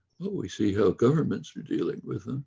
we see how governments are dealing with them.